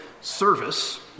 service